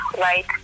right